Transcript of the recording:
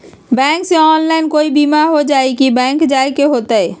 Bank से online कोई बिमा हो जाई कि बैंक जाए के होई त?